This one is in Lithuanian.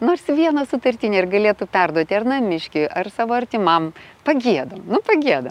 nors vieną sutartinę ir galėtų perduoti ar namiškiui ar savo artimam pagiedam pagiedam